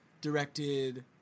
directed